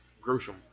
gruesome